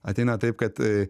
ateina taip kad